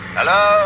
Hello